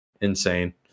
Insane